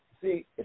See